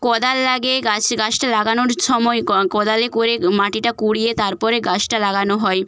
কোদাল লাগে গাছ গাছটা লাগানোর সময় ক কোদালে করে মাটিটা কুড়িয়ে তার পরে গাছটা লাগানো হয়